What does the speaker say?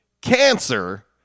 cancer